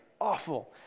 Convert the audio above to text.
awful